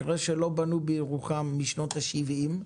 אחרי שלא בנו בירוחם משנות השבעים,